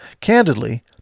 Candidly